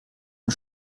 und